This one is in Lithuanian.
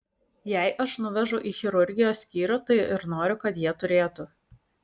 jei aš nuvežu į chirurgijos skyrių tai ir noriu kad jie turėtų